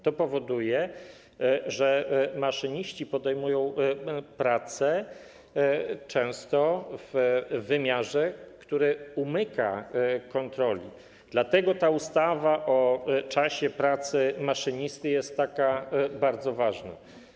To powoduje, że maszyniści podejmują pracę często w wymiarze, który umyka kontroli, dlatego ustawa o czasie pracy maszynistów jest taka bardzo ważna.